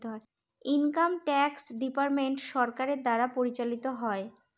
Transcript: income tax department সরকারের দ্বারা পরিচালিত হয়